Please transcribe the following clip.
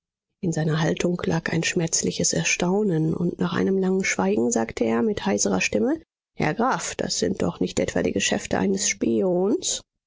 in seiner haltung lag ein schmerzliches erstaunen und nach einem langen schweigen sagte er mit heiserer stimme herr graf das sind doch nicht etwa die geschäfte eines spions